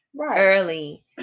early